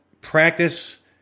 practice